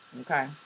okay